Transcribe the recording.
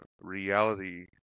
reality